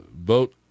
Vote